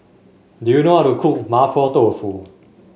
do you know how to cook Mapo Tofu